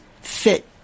fit